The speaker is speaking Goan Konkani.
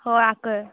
हय आकय